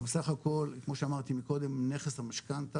אבל בסך הכל כמו שאמרתי קודם נכס המשכנתא